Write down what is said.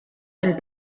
any